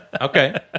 Okay